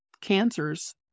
cancers